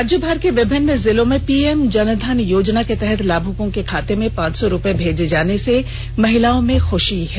राज्यभर के विभिन्न जिलों में पीएम जनधन योजना के तहत लाभुकों के खाते में पांच सौ रूपये भेजे जाने से महिलाओं में ख्षी है